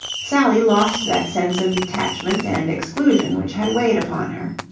sally lost that sense of detachment and exclusion which had weighed upon her.